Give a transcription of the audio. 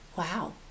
Wow